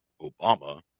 Obama